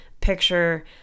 picture